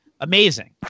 Amazing